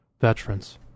veterans